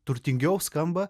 turtingiau skamba